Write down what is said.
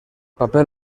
papel